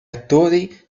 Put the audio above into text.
attori